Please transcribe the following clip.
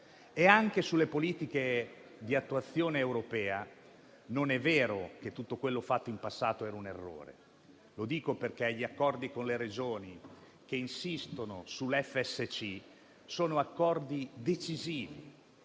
Anche sulle politiche di attuazione europea non è vero che tutto quello che è stato fatto in passato era un errore. Lo dico perché gli accordi con le Regioni che insistono sull'FSC sono accordi decisivi